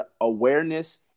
awareness